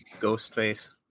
Ghostface